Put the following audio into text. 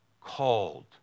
called